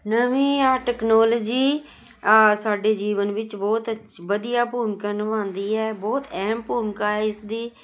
ਨਵੀਂ ਆਹ ਟੈਕਨੋਲਜੀ ਆਹ ਸਾਡੇ ਜੀਵਨ ਵਿੱਚ ਬਹੁਤ ਅੱ ਵਧੀਆ ਭੂਮਿਕਾ ਨਿਭਾਉਂਦੀ ਹੈ ਬਹੁਤ ਅਹਿਮ ਭੂਮਿਕਾ ਇਸਦੀ